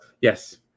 Yes